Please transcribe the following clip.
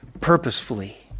purposefully